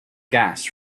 gas